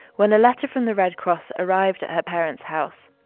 when a letter from the red cross arrived at her parents' house.